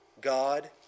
God